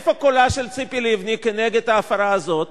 איפה קולה של ציפי לבני נגד ההפרה הזאת?